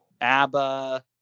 abba